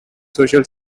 social